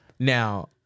Now